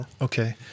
Okay